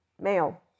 male